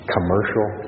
Commercial